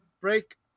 break